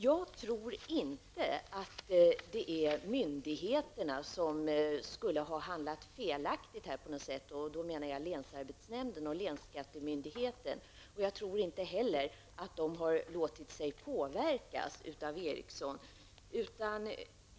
Jag tror inte att myndigheterna skulle ha handlat felaktigt på något sätt -- då syftar jag på länsarbetsnämnden och länsskattemyndigheten. Jag tror inte heller att man har låtit sig påverkas av Ericsson.